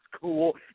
cool